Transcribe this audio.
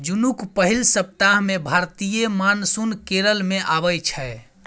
जुनक पहिल सप्ताह मे भारतीय मानसून केरल मे अबै छै